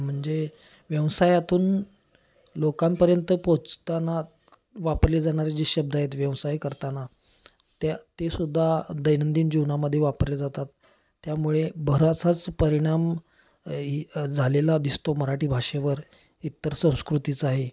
म्हणजे व्यवसायातून लोकांपर्यंत पोचताना वापरले जाणारे जे शब्द आहेत व्यवसाय करताना त्या तेसुद्धा दैनंदिन जीवनामध्ये वापरले जातात त्यामुळे बरासाच परिणाम झालेला दिसतो मराठी भाषेवर इतर संस्कृतीचाही